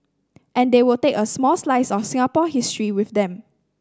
and they will take a small slice of Singapore history with them